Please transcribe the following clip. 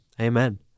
Amen